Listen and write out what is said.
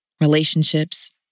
relationships